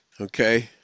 Okay